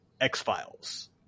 X-Files